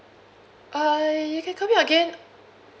uh you can call me again